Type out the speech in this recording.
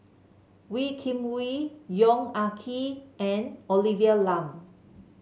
Wee Kim Wee Yong Ah Kee and Olivia Lum